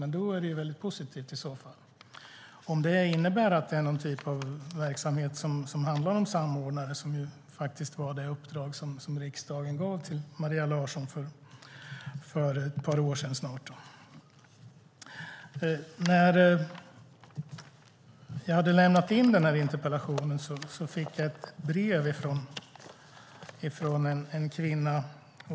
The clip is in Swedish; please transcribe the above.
Det är i så fall väldigt positivt om det innebär att det är någon typ av verksamhet som handlar om samordnare, som faktiskt var det uppdrag som riksdagen gav till Maria Larsson för snart ett par år sedan. När jag hade lämnat in interpellationen fick jag ett brev från en kvinna.